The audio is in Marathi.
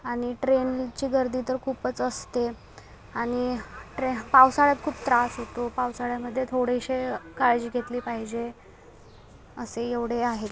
आणि ट्रेनची गर्दी तर खूपच असते आणि ट्रे पावसाळ्यात खूप त्रास होतो पावसाळ्यामध्ये थोडेसे काळजी घेतली पाहिजे असे एवढे आहेत